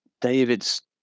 David's